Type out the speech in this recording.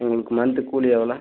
உங்களுக்கு மந்த் கூலி எவ்வளோ